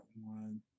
one